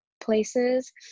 places